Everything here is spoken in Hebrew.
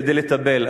כדי לטפל?